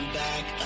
back